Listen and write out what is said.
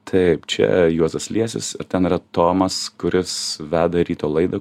taip čia juozas liesis ir ten yra tomas kuris veda ryto laidą